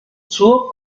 zur